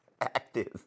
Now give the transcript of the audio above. active